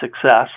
success